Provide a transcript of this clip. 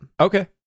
Okay